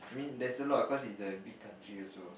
there's a lot cause it's a big country also